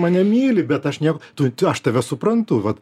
mane myli bet aš nieko tai aš tave suprantu vat